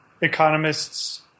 economists